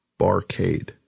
Barcade